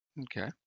Okay